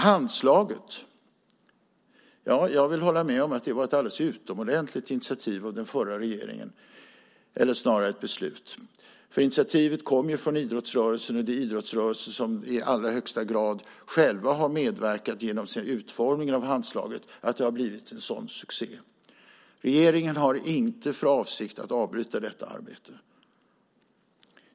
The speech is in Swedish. Handslaget - jag vill hålla med om att det var ett alldeles utomordentligt beslut av den förra regeringen. Initiativet kom från idrottsrörelsen, och det är idrottsrörelsen själv som i allra högsta grad, genom sin utformning av Handslaget, har medverkat till att det har blivit en sådan succé. Regeringen har inte för avsikt att avbryta detta arbete.